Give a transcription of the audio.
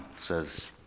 says